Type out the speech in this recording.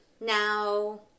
now